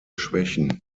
schwächen